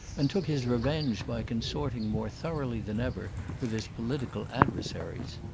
and took his revenge by consorting more thoroughly than ever with his political adversaries.